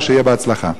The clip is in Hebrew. ושיהיה בהצלחה.